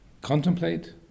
contemplate